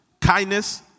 kindness